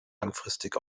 langfristig